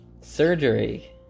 surgery